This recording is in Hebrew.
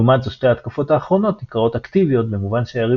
לעומת זאת שתי ההתקפות האחרונות נקראות אקטיביות במובן שהיריב